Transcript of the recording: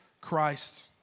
Christ